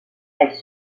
elle